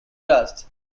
crust